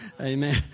amen